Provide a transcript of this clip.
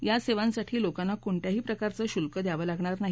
या सेवांसाठी लोकांना कोणत्याही प्रकारचं शुल्क द्यावं लागणार नाही